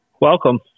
Welcome